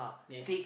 yes